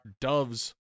Doves